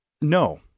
No